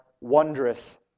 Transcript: wondrous